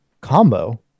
combo